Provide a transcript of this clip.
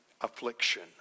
affliction